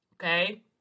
Okay